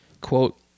quote